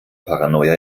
paranoia